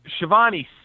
Shivani